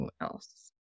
else